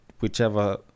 whichever